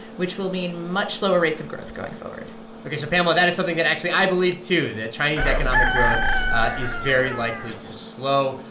which will mean much slower rates of growth going forward ok. so pamela that is something that actually i believe, too that chinese economic growth is very likely to slow.